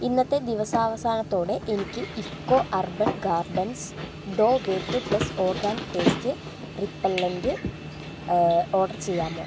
ഇന്നത്തെ ദിവസാവസാനത്തോടെ എനിക്ക് ഇഫ്കോ അർബൻ ഗാർഡൻസ് ഡോ വേപ്പ് plus organ pest repellent order ചെയ്യാമോ